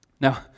Now